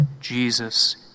Jesus